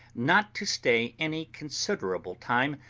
not to stay any considerable time,